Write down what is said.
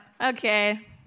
okay